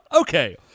Okay